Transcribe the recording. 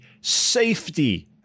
Safety